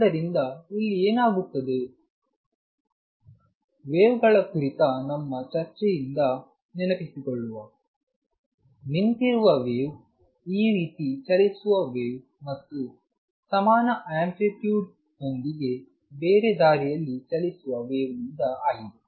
ಆದ್ದರಿಂದ ಇಲ್ಲಿ ಏನಾಗುತ್ತದೆ ವೇವ್ ಗಳ ಕುರಿತ ನಮ್ಮ ಚರ್ಚೆಯಿಂದ ನೆನಪಿಸಿಕೊಳ್ಳುವ ನಿಂತಿರುವ ವೇವ್ ಈ ರೀತಿ ಚಲಿಸುವ ವೇವ್ ಮತ್ತು ಸಮಾನ ಅಂಪ್ಲಿಟ್ಯೂಡ್ ನೊಂದಿಗೆ ಬೇರೆ ದಾರಿಯಲ್ಲಿ ಚಲಿಸುವ ವೇವ್ನಿಂದ ಆಗಿದೆ